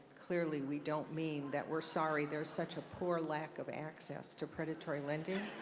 clearly we don't mean that we're sorry there's such a poor lack of access to predatory lending.